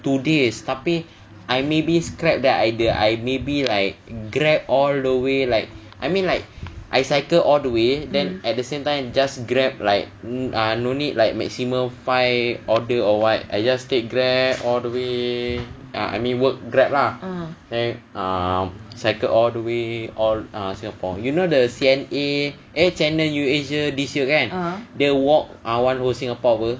two days tapi I maybe scrapped that idea I maybe like grab all the way like I mean like I cycle all the way then at the same time just grab like mm ah no need like maximum five order or what I just take grab all the way ah I mean work grab lah then err cycle all the way all err singapore you know the C_N_A eh channel news asia this year kan the walk ah one whole singapore apa